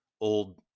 old